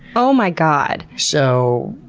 oh my god. so,